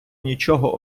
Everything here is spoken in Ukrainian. нічого